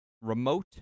Remote